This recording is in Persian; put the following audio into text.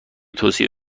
توصیه